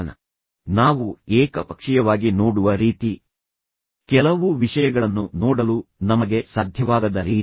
ನಾವು ವಿಷಯಗಳನ್ನು ಫಿಲ್ಟರ್ ಮಾಡುವ ರೀತಿ ನಾವು ಏಕಪಕ್ಷೀಯವಾಗಿ ನೋಡುವ ರೀತಿ ಕೆಲವು ವಿಷಯಗಳು ಇತರ ವಿಷಯಗಳನ್ನು ನೋಡಲು ನಮಗೆ ಸಾಧ್ಯವಾಗದ ರೀತಿ